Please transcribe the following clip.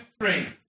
three